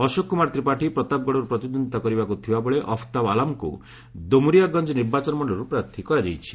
ଅଶୋକ କୁମାର ତ୍ରିପାଠୀ ପ୍ରତାପଗଡ଼ରୁ ପ୍ରତିଦ୍ୱନ୍ଦ୍ୱିତା କରିବାକୁ ଥିବାବେଳେ ଅଫତାବ ଆଲାମଙ୍କୁ ଦୋମରିୟାଗଞ୍ଜ ନିର୍ବାଚନମଣ୍ଡଳୀରୁ ପ୍ରାର୍ଥୀ କରାଯାଇଛି